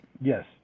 Yes